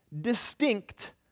distinct